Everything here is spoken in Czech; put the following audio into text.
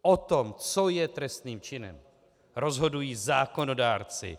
O tom, co je trestným činem, rozhodují zákonodárci.